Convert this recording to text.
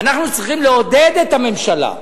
אנחנו צריכים לעודד את הממשלה,